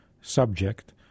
subject